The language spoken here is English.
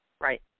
Right